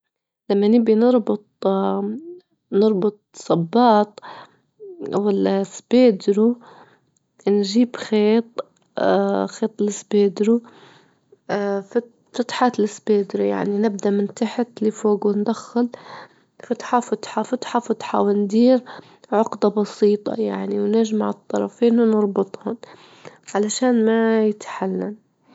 لما نبي نربط- نربط صباط أو السبيدرو نجيب خيط خيط السبيدرو فتحة السبيدرو يعني، نبدأ من تحت لفوج وندخل فتحة- فتحة- فتحة- فتحة، وندير عقدة بسيطة يعني، ونجمع الطرفين ونربطهم علشان ما يتحلل.